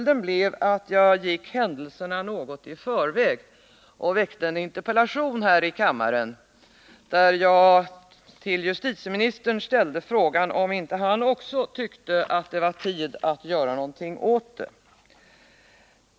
Det gjorde att jag gick händelserna något i förväg och framställde en interpellation här i kammaren. Jag frågade justitieministern om inte också han tyckte att det var tid att göra någonting åt detta.